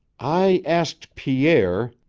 i asked pierre,